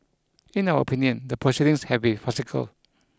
in our opinion the proceedings have been farcical